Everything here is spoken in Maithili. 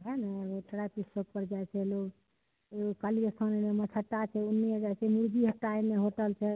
ओ सबपर जाइ छै लोग काली स्थान मछहटा छै ओने जाइ छै मुर्गी हटा एने होटल छै